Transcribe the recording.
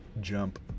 jump